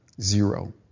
Zero